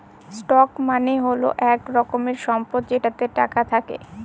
stock মানে হল এক রকমের সম্পদ যেটাতে টাকা থাকে